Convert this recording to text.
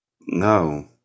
No